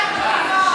הצבעה.